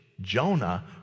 Jonah